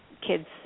kids